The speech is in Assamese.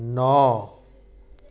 ন